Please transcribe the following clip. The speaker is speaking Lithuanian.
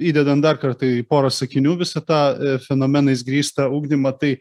įdedant dar kartą į porą sakinių visą tą fenomenais grįstą ugdymą tai